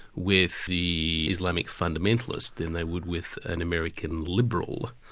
with the islamic fundamentalist, than they would with an american liberal.